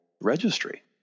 registry